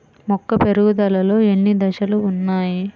మొక్క పెరుగుదలలో ఎన్ని దశలు వున్నాయి?